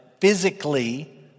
physically